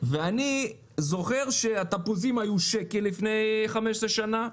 ואני זוכר שהתפוזים היו שקל לפני 15 שנה,